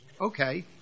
Okay